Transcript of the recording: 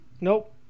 Nope